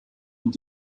und